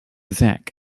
zach